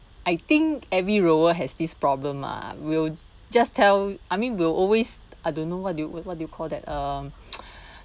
I think every rower has this problem ah we'll just tell I mean we'll always I don't know what do you what do you call that um